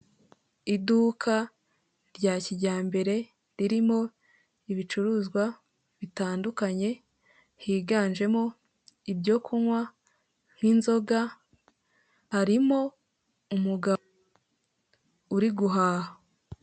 Iduka rya kijyambere ririmo ibicuruzwa bitandukanye, higanjemo ibyo kunywa nk'inzoga harimo umugabo uri guhaha.